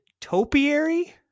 topiary